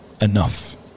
enough